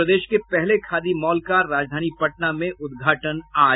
और प्रदेश के पहले खादी मॉल का राजधानी पटना में उद्घाटन आज